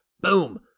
Boom